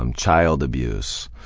um child abuse